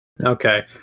Okay